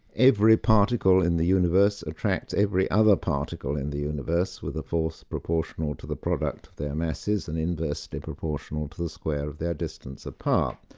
every particle in the universe attracts every other particle in the universe with a force proportional to the product of their masses and inversely proportional to the square of their distance apart.